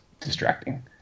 distracting